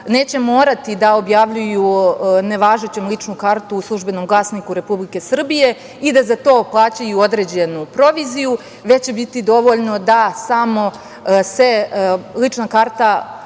neće morati da objavljuju ne važećom ličnu kartu u „Službenom glasniku Republike Srbije “ i da za to plaćaju određenu proviziju, već će biti dovoljno da samo se lična karta objavi